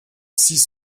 six